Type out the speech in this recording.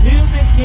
Music